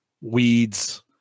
weeds